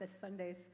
Sundays